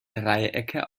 dreiecke